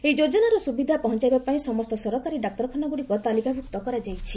ଏହି ଯୋଜନାର ସୁବିଧା ପହଞ୍ଚାଇବାପାଇଁ ସମସ୍ତ ସରକାରୀ ଡାକ୍ତରଖାନାଗୁଡ଼ିକୁ ତାଲିକାଭ୍ରକ୍ତ କରାଯାଇଛି